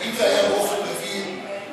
זה היה באופן רגיל,